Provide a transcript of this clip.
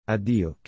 Addio